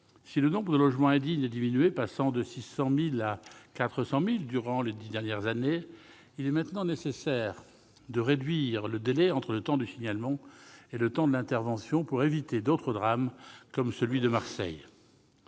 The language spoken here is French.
Si le nombre de logements indignes a diminué, passant de 600 000 à 400 000 au cours des dix dernières années, il est maintenant nécessaire de réduire le délai entre le temps du signalement et le temps de l'intervention, pour éviter des drames comme celui de Marseille.